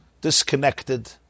disconnected